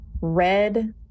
red